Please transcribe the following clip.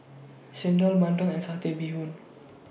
Chendol Bandung and Satay Bee Hoon